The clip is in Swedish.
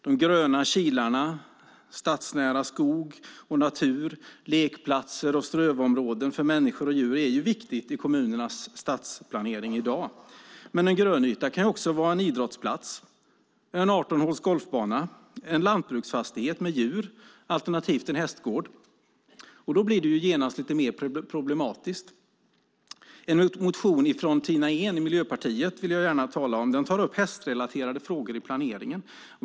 De gröna kilarna, stadsnära skog och natur, lekplatser och strövområden för människor och djur är viktiga i kommunernas stadsplanering i dag. Men en grönyta kan också vara en idrottsplats, en 18-håls golfbana, en lantbruksfastighet med djur, alternativt en hästgård. Då blir det genast mer problematiskt. En motion från Miljöpartiets Tina Ehn vill jag gärna tala om. Den tar upp hästrelaterade frågor i planeringen.